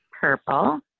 Purple